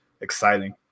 exciting